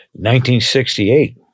1968